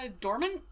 Dormant